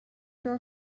door